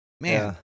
Man